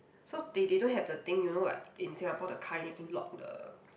so they they don't have the thing you know like in Singapore the car you need to lock the